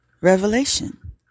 revelation